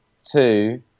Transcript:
two